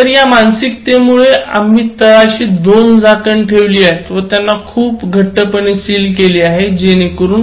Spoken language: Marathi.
तर या मानसिकतेमुळे आम्ही तळाशी दोन झाकण ठेवले आहेत व त्यांना खूप घट्टपणे सील केले आहे कि जेणेकरून